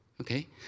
Okay